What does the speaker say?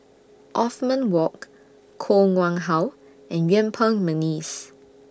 Othman Wok Koh Nguang How and Yuen Peng Mcneice